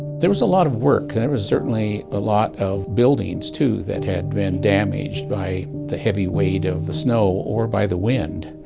there was a lot of work. there was certainly a lot of buildings, too, that had been damaged by the heavy weight of the snow or by the wind.